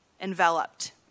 enveloped